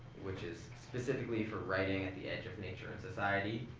which is specifically for writing at the edge of nature and society.